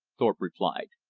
thorpe replied.